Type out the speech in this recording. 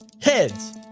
Heads